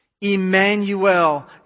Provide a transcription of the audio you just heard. Emmanuel